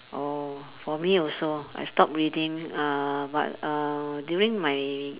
oh for me also I stop reading uh but uh during my